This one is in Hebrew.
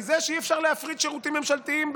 ייגזר מזה שאי-אפשר להפריט שירותים ממשלתיים,